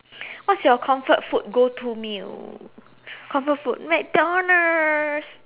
what's your comfort food go to meal comfort food McDonald's